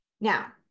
now